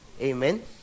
Amen